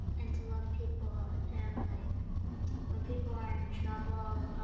and to love people. and like when people are in trouble,